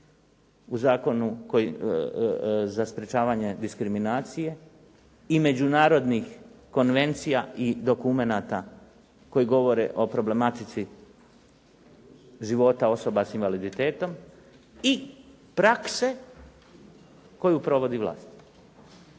u Zakonu za sprječavanje diskriminacije i međunarodnih konvencija i dokumenata koji govore o problematici života osoba s invaliditetom i prakse koju provodi vlast.